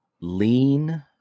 lean